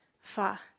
fa